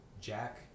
Jack